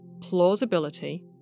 plausibility